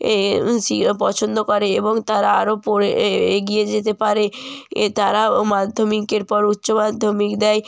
এ এ পছন্দ করে এবং তারা আরও পড়ে এগিয়ে যেতে পারে এ তারা ও মাধ্যমিকের পর উচ্চ মাধ্যমিক দেয়